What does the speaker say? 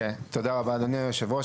תודה רבה אדוני היו"ר,